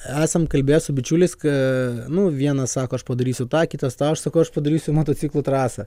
esam kalbėję su bičiuliais ka nu vienas sako aš padarysiu tą kitas tą sakau aš padarysiu motociklų trasą